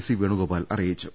C Venugopal അറിയിച്ചു